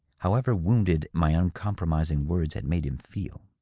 however wounded my uncompromising words had made him feel.